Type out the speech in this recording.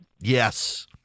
Yes